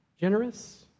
generous